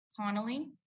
Connolly